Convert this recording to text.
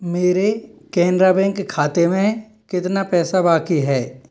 मेरे कैनरा बैंक खाते में कितना पैसा बाकी है